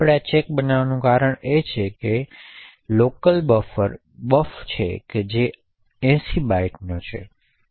આપણે આ ચેક બનાવવાનું કારણ એ છે કે આ સ્થાનિક બફર buf છે જે 80 બાઇટ્સનો છે